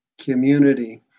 community